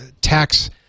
tax